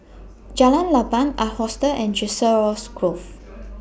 Jalan Lapang Ark Hostel and Chiselhurst Grove